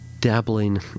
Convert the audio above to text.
dabbling